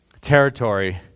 territory